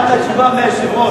קיבלת תשובה מהיושב-ראש,